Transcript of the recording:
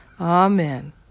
Amen